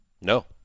No